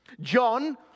John